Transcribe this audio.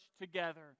together